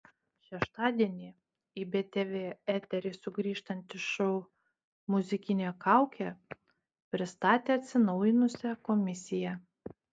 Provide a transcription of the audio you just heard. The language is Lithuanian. šeštadienį į btv eterį sugrįžtantis šou muzikinė kaukė pristatė atsinaujinusią komisiją